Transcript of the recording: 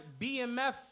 BMF